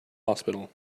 hospital